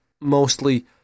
mostly